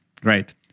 Great